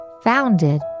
founded